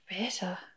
better